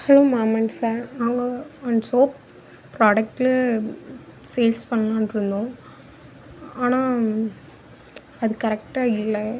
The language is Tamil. ஹலோ மாமன்ஸ்ஸா அவங்க அந்த சோப் ப்ரொடெக்டில் சேல்ஸ் பண்ணலான்ருந்தோம் ஆனா அது கரெக்ட்டாக இல்லை